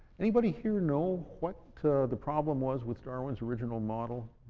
anybody here know what the problem was with darwin's original model?